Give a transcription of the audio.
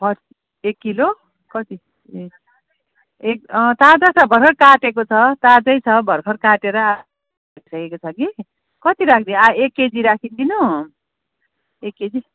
फर् एक किलो कति ए एक ताजा छ भर्खर काटेको छ ताजै छ भर्खर काटेर छ कि कति राखिदिऊँ एक केजी राखिदिनु एक केजी